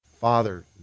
Father